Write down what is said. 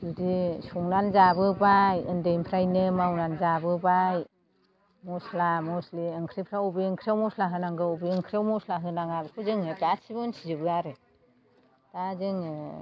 बिदि संनानै जाबोबाय उन्दैनिफ्रायनो मावनानै जाबोबाय मस्ला मस्लि ओंख्रिफ्राव बबे ओंख्रियाव मस्ला होनांगौ बबे ओंख्रियाव मस्ला होनाङा बेखौ जोङो गासिबो मोनथिजोबो आरो दा जोङो